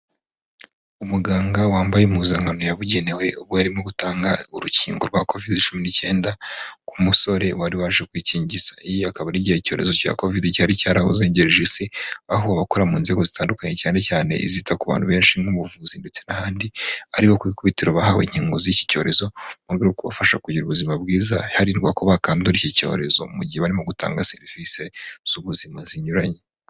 Umuganga wambaye impuzankano yabugenewe, ubwo yari arimo gutanga urukingo rwa kovide cumi n'icyenda, ku musore wari waje kwikingiza, iyi akaba ari igihe icyorezo cya kovide cyari cyarazengereje isi, aho abakora mu nzego zitandukanye cyane cyane zita ku bantu benshi nk'ubuvuzi ndetse n'ahandi, ari bo ku ikubitiro bahawe inkingo z'iki cyorezo, mu rwego rwo kubafasha kugira ubuzima bwiza, harindwa ko bakandura iki cyorezo mu gihe barimo gutanga serivisi z'ubuzima zinyuranye.